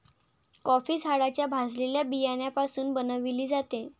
coffee झाडाच्या भाजलेल्या बियाण्यापासून बनविली जाते